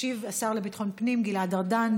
ישיב השר לביטחון פנים גלעד ארדן.